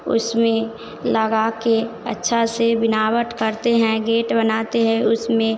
उसमें लगाकर अच्छा से वनावट करते है गेट बनाते हैं उसमें